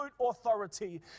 authority